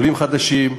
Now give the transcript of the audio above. עולים חדשים,